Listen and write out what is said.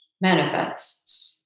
manifests